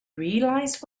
realize